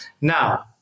Now